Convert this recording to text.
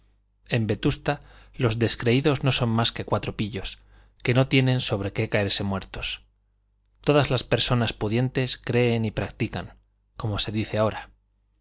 en vetusta los descreídos no son más que cuatro pillos que no tienen sobre qué caerse muertos todas las personas pudientes creen y practican como se dice ahora